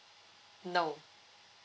no